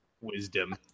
wisdom